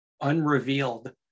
unrevealed